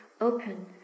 open